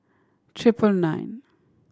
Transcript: triple nine